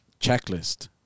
checklist